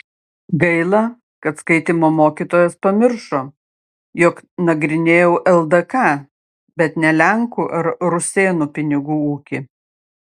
gaila kad skaitymo mokytojas pamiršo jog nagrinėjau ldk bet ne lenkų ar rusėnų pinigų ūkį